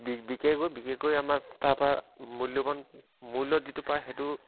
বিশেষকৈ বিশেষকৈ আমাৰ তাৰপা মূল্যবান মূল্যত যিটো পায় সেইটো